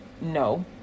no